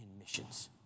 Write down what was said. missions